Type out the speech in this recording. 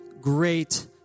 great